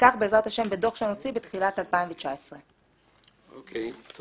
וכך בעזרת השם בדוח שנוציא בתחילת 2019. תודה.